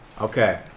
Okay